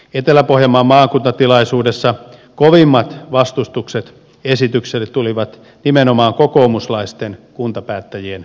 etelä pohjanmaan maakuntatilaisuudessa kovimmat vastustukset esitykselle tulivat nimenomaan kokoomuslaisten kuntapäättäjien joukosta